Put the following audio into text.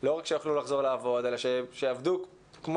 לא רק שיוכלו לחזור לעבוד אלא שיעבדו כמו